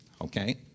Okay